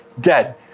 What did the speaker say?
Dead